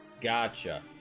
gotcha